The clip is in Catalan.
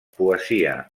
poesia